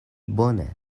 bone